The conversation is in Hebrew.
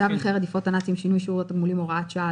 צו נכי רדיפות הנאצים (שינוי שיעור התגמולים) (הוראת שעה),